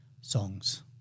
songs